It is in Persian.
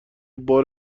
بار